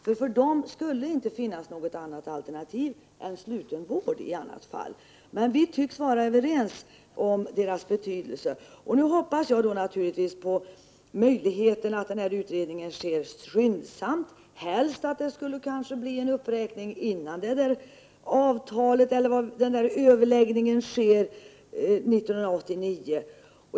För dem skulle det inte finnas något annat alternativ än sluten vård. Vi tycks alltså vara överens om de privatpraktiserande sjukgymnasternas betydelse. Nu hoppas jag naturligtvis att den här utredningen sker skyndsamt, helst att vi får en uppräkning redan före överläggningarna 1989.